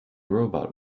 robot